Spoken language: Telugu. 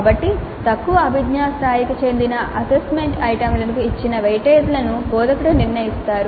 కాబట్టి తక్కువ అభిజ్ఞా స్థాయికి చెందిన అసెస్మెంట్ ఐటెమ్లకు ఇచ్చిన వెయిటేజీలను బోధకుడు నిర్ణయిస్తారు